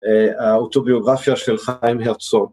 האוטוביוגרפיה של חיים הרצוג.